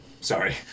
Sorry